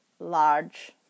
Large